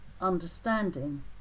understanding